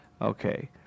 Okay